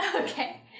Okay